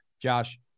Josh